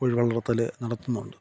കോഴി വളർത്തൽ നടത്തുന്നുണ്ട്